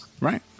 Right